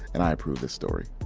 and i approve this story